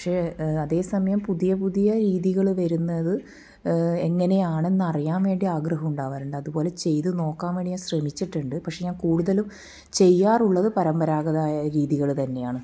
പക്ഷെ അതേ സമയം പുതിയ പുതിയ രീതികൾ വരുന്നത് എങ്ങനെയാണെന്ന് അറിയാൻ വേണ്ടി ആഗ്രഹമുണ്ടാകാറുണ്ട് അതുപോലെ ചെയ്തു നോക്കാൻ വേണ്ടി ഞാൻ ശ്രമിച്ചിട്ടുണ്ട് പക്ഷെ ഞാൻ കൂടുതലും ചെയ്യാറുള്ളത് പരമ്പരാഗതമായ രീതികൾ തന്നെയാണ്